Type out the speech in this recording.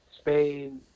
Spain